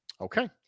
Okay